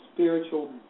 Spiritual